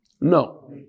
No